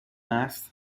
عصر